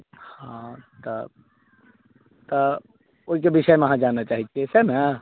हँ तऽ तऽ ओहिके विषयमे अहाँ जानय चाहैत छियै सएह ने